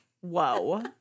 Whoa